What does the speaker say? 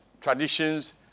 traditions